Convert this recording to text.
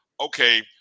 okay